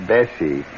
Bessie